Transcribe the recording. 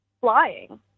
flying